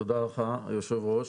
תודה לך יושב הראש.